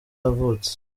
yavutse